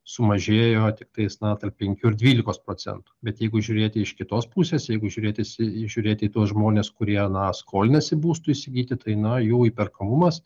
sumažėjo tiktais na tarp penkių ir dvylikos procentų bet jeigu žiūrėti iš kitos pusės jeigu žiūrėtis į žiūrėti į tuos žmones kurie na skolinasi būstui įsigyti tai na jų įperkamumas